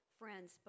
friends